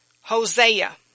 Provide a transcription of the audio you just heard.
Hosea